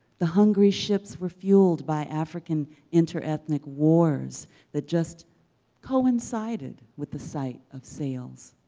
the hungry ships were fueled by african inter-ethnic wars that just coincided with the sight of sails,